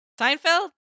Seinfeld